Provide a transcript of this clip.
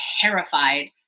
terrified